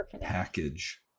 package